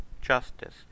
justice